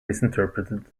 misinterpreted